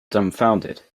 dumbfounded